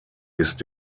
ist